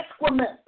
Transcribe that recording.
excrement